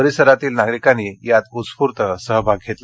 परिसरातील नागरिकांनी यात उत्स्फूर्त सहभाग घेतला